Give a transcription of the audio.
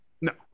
No